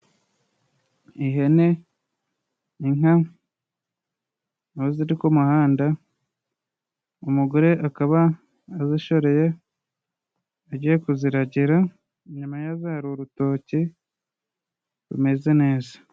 Ihene, inka, aho ziri ku muhanda, umugore akaba azishoreye agiye kuziragira, inyuma yazo hari urutoki rumeze neza.